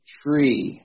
tree